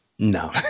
No